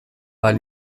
ahal